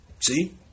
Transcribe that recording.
See